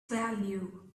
value